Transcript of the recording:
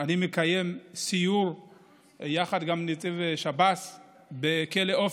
אני מקיים סיור יחד עם נציב שב"ס בכלא אופק,